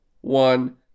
one